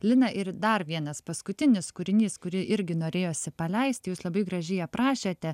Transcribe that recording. lina ir dar vienas paskutinis kūrinys kurį irgi norėjosi paleist jūs labai gražiai aprašėte